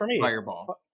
Fireball